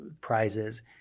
prizes